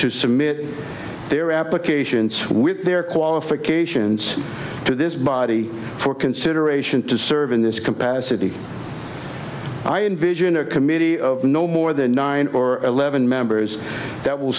to submit their applications with their qualifications to this body for consideration to serve in this capacity i envision a committee of no more than nine or eleven members that will